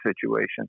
situation